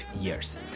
years